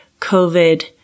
COVID